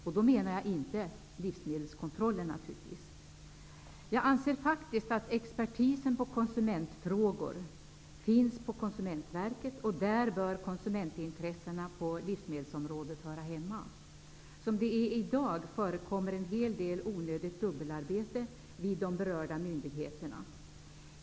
Jag menar naturligtvis inte livsmedelskontrollen. Jag anser faktiskt att expertisen på konsumentfrågor finns på Konsumentverket, och där bör konsumentintressena på livsmedelsområdet höra hemma. I dag förekommer en hel del onödigt dubbelarbete vid de berörda myndigheterna.